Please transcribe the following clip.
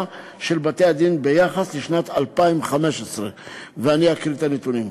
של בתי-הדין ביחס לשנת 2015. אני אקריא את הנתונים: